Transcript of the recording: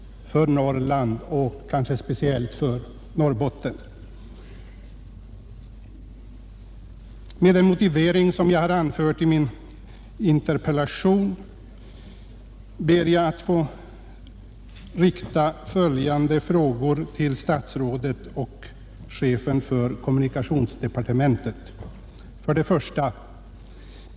Under hösten 1970, när de trafikpolitiska frågorna diskuterades livligt, angav kommunikationsministern att trots att de trafikpolitiska utredningarna arbetar på litet längre sikt kunde vissa frågor avgränsas från de trafikpolitiska riktlinjerna av lokaliseringspolitiska, näringspolitiska eller andra motiv. Enligt min mening föreligger välgrundade lokaliseringspolitiska motiv för att den inom kommunikationsdepartementet pågående undersökningen av persontransportkostnaderna bedrives med största möjliga skyndsamhet så att förslag utan dröjsmål kan föreläggas riksdagen. Med stöd av vad som här anförts hemställer jag om kammarens tillstånd att till herr kommunikationsministern få ställa följande frågor: 1.